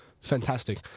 fantastic